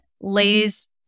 lays